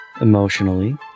Emotionally